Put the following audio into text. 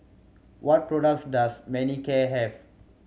what products does Manicare have